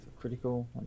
Critical